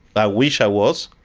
i wish i was.